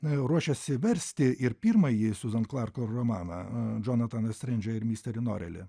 ruošiasi versti ir pirmąjį suzan klark romaną džonataną streindžą ir misterį norelį